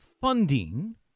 funding